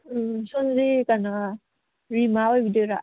ꯎꯝ ꯁꯣꯝꯁꯤ ꯀꯩꯅꯣ ꯔꯤꯃꯥ ꯑꯣꯏꯕꯤꯗꯣꯏꯔꯥ